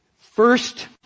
First